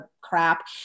crap